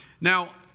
now